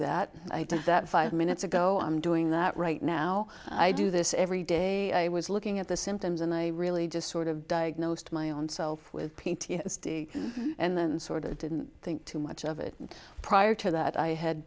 that i did that five minutes ago i'm doing that right now i do this every day i was looking at the symptoms and i really just sort of diagnosed my own self with p t s d and then sort of didn't think too much of it prior to that i had